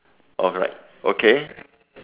alright okay